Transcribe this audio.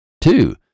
Two